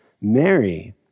Mary